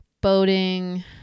boating